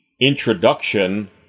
introduction